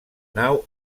nau